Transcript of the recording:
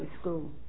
school